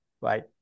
right